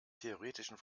theoretischen